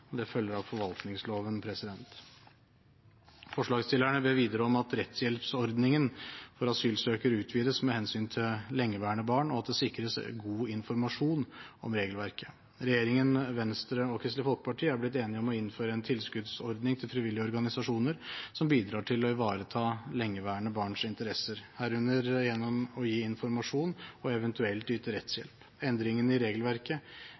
og det følger av forvaltningsloven. Forslagsstillerne ber videre om at rettshjelpsordningen for asylsøkere utvides med hensyn til lengeværende barn, og at det sikres god informasjon om regelverket. Regjeringen, Venstre og Kristelig Folkeparti er blitt enige om å innføre en tilskuddsordning til frivillige organisasjoner som bidrar til å ivareta lengeværende barns interesser, herunder gjennom å gi informasjon og eventuelt yte rettshjelp. Endringen i regelverket